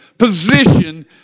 Position